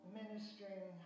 ministering